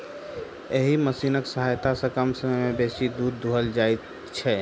एहि मशीनक सहायता सॅ कम समय मे बेसी दूध दूहल जाइत छै